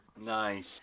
Nice